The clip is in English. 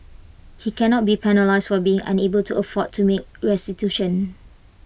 he cannot be penalised for being unable to afford to make restitution